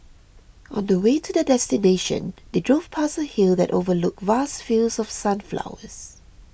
on the way to their destination they drove past a hill that overlooked vast fields of sunflowers